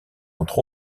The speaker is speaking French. entre